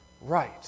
right